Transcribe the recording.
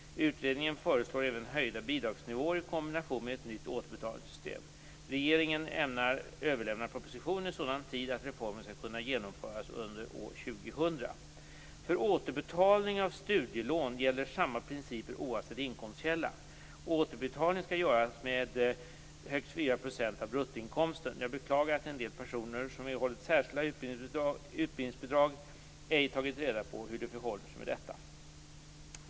Utredningen föreslår även höjda bidragsnivåer i kombination med ett nytt återbetalningssystem. Regeringen ämnar överlämna propositionen i sådan tid att reformen skall kunna genomföras under år 2000. För återbetalning av studielån gäller samma principer oavsett inkomstkälla. Återbetalning skall göras med högst 4 % av bruttoinkomsten. Jag beklagar att en del personer som erhållit särskilda utbildningsbidrag ej tagit reda på hur det förhåller sig med detta.